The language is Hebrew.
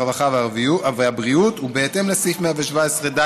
הרווחה והבריאות, ובהתאם לסעיף 117(ד)